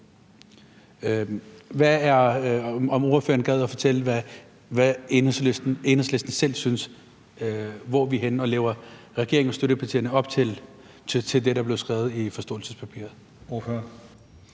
mandat? Vil ordføreren fortælle, hvad Enhedslisten selv synes? Hvor er vi henne, og lever regeringen og støttepartierne op til det, der blev skrevet i forståelsespapiret?